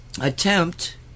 attempt